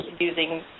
using